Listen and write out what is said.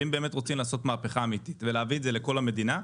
ואם באמת רוצים לעשות מהפכה אמיתית ולהביא את זה לכל המדינה,